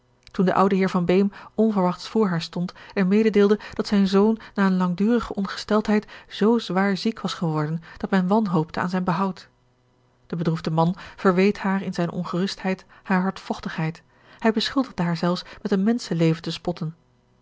toen de oude heer van beem onverwachts voor haar stond en mededeelde dat zijn zoon na george een ongeluksvogel eene langdurige ongesteldheid zoo zwaar ziek was geworden dat men wanhoopte aan zijn behoud de bedroefde man verweet haar in zijne ongerustheid hare hardvochtigheid hij beschuldigde haar zelfs met een menschenleven te spotten